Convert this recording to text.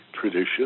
tradition